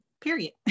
period